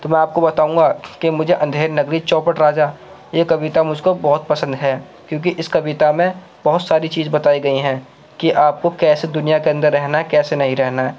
تو میں آپ کو بتاؤں گا کہ مجھے اندھیر نگری چوپٹ راجا یہ کویتا مجھ کو بہت پسند ہے کیونکہ اس کویتا میں بہت ساری چیز بتائی گئی ہیں کہ آپ کو کیسے دنیا کے اندر رہنا ہے کیسے نہیں رہنا ہے